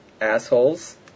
Assholes